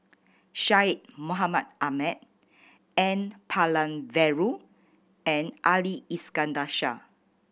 Syed Mohamed Ahmed N Palanivelu and Ali Iskandar Shah